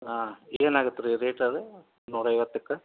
ಹಾಂ ಏನಾಗಿತ್ತು ರೀ ರೇಟ ಅದು ನೂರೈವತ್ತಕ್ಕೆ